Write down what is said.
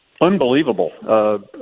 unbelievable